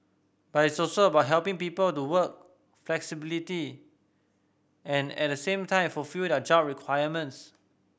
but it's also about helping people to work flexibly and at the same time fulfil their job requirements